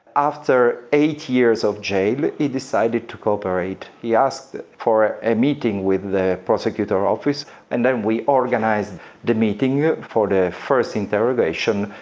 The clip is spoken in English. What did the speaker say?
after eight years of jail he decided to cooperate. he asked for a meeting with the prosecutor's office and then we organised the meeting for the first interrogation,